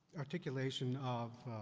articulation of